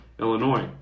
Illinois